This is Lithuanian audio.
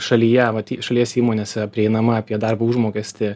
šalyje vat i šalies įmonėse prieinama apie darbo užmokestį